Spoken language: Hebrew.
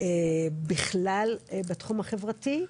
בכלל בתחום החברתי,